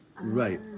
Right